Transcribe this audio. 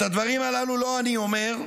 את הדברים הללו לא אני אומר,